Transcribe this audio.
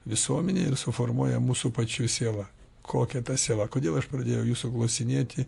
visuomenė ir suformuoja mūsų pačių siela kokia ta siela kodėl aš pradėjau jūsų klausinėti